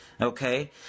Okay